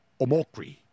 Omokri